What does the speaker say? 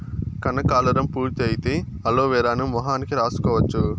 కనకాలురం పూర్తి అయితే అలోవెరాను మొహానికి రాసుకోవచ్చు